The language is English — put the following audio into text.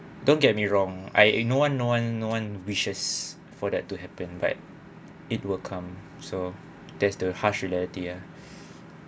don't get me wrong I no one no one no one wishes for that to happen but it will come so there's the harsh reality ah